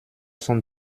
cent